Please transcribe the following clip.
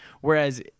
Whereas